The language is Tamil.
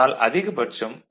ஆனால் அதிகபட்சம் 0